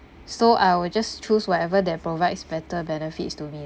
so I will just choose whatever that provides better benefits to me